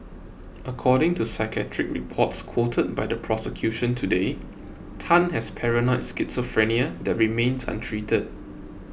according to psychiatric reports quoted by the prosecution today Tan has paranoid schizophrenia that remains untreated